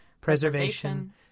preservation